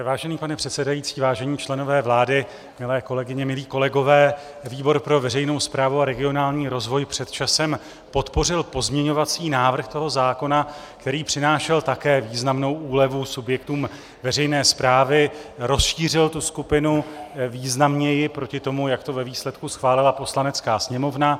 Vážený pane předsedající, vážení členové vlády, milé kolegyně, milí kolegové, výbor pro veřejnou správu a regionální rozvoj před časem podpořil pozměňovací návrh zákona, který přinášel také významnou úlevu subjektům veřejné správy, rozšířil tu skupinu významněji proti tomu, jak to ve výsledku schválila Poslanecká sněmovna.